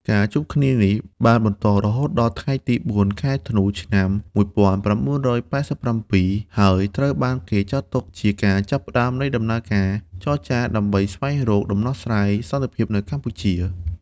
ការជួបគ្នានេះបានបន្តរហូតដល់ថ្ងៃទី ៤ ខែធ្នូ ឆ្នាំ ១៩៨៧ ហើយត្រូវបានគេចាត់ទុកជាការចាប់ផ្តើមនៃដំណើរការចរចាដើម្បីស្វែងរកដំណោះស្រាយសន្តិភាពនៅកម្ពុជា។